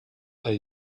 are